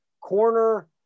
Corner